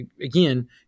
again